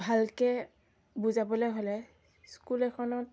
ভালকৈ বুজাবলৈ হ'লে স্কুল এখনত